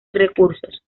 recursos